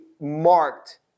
marked